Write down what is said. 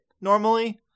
normally